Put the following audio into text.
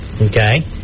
okay